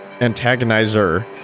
antagonizer